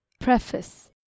Preface